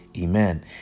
amen